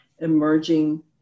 emerging